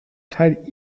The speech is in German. teil